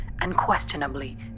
unquestionably